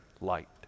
light